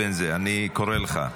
אני קורא לך.